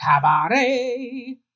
Cabaret